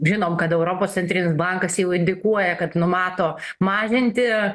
žinom kad europos centrinis bankas jau indikuoja kad numato mažinti